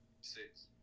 Six